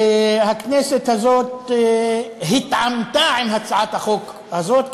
והכנסת הזאת התעמתה עם הצעת החוק הזאת,